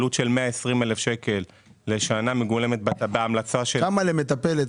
עלות של 120,000 שקל לשנה מגולמת בהמלצה של --- כמה למטפלת?